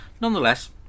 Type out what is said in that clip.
nonetheless